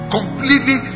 Completely